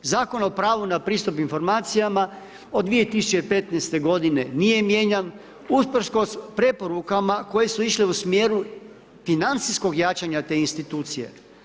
Zakon o pravu na pristup informacijama od 2015. g. nije mijenjan, usprkos preporukama koje su išle u smjeru financijskog jačanja te institucije.